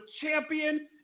champion